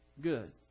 good